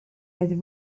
with